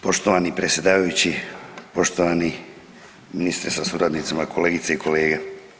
Poštovani predsjedavajući, poštovani ministre sa suradnicima, kolegice i kolege.